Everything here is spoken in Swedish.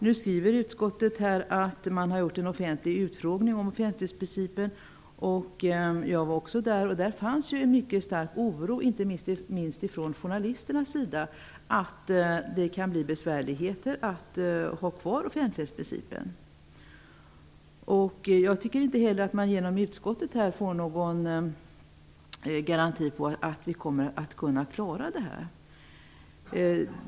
Nu skriver utskottet att man har haft en offentlig utfrågning om offentlighetsprincipen. Jag var där och märkte att det fanns en mycket stark oro, inte minst från journalisternas sida, för att det kan bli besvärligt att ha kvar offentlighetsprincipen. Jag tycker inte heller att man genom utskottet får någon garanti för att vi kommer att kunna klara det här.